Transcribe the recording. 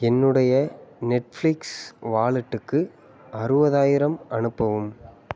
என்னுடைய நெட்ஃப்ளிக்ஸ் வாலெட்டுக்கு அறுபதாயிரம் அனுப்பவும்